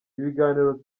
ibiganiro